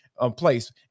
Place